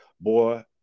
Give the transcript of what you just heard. Boy